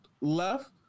left